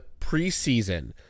preseason